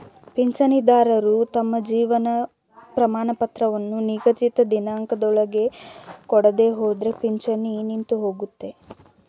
ಪಿಂಚಣಿದಾರರು ತಮ್ಮ ಜೀವನ ಪ್ರಮಾಣಪತ್ರವನ್ನು ನಿಗದಿತ ದಿನಾಂಕದೊಳಗೆ ಕೊಡದೆಹೋದ್ರೆ ಪಿಂಚಣಿ ನಿಂತುಹೋಗುತ್ತೆ